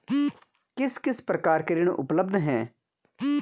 किस किस प्रकार के ऋण उपलब्ध हैं?